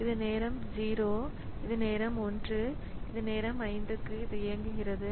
இது நேரம் 0 இது நேரம் 1 இது நேரம் 5 க்கு இது இயங்குகிறது